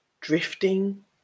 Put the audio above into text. drifting